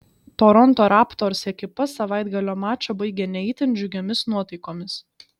toronto raptors ekipa savaitgalio mačą baigė ne itin džiugiomis nuotaikomis